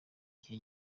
igihe